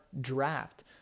draft